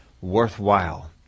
worthwhile